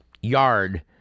yard